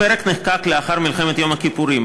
הפרק נחקק לאחר מלחמת יום הכיפורים,